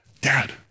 dad